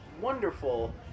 wonderful